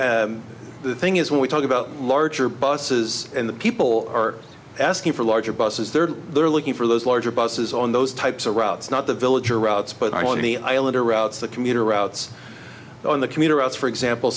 and the thing is when we talk about larger buses and the people are asking for larger buses they're they're looking for those larger buses on those types of routes not the villager routes but i want to be islander routes the commuter routes on the commuter outs for example